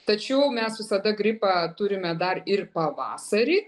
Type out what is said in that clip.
tačiau mes visada gripą turime dar ir pavasarį